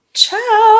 Ciao